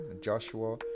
joshua